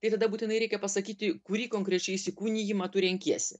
ir tada būtinai reikia pasakyti kurį konkrečiai įsikūnijimą tu renkiesi